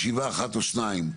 ישיבה אחת או שניים,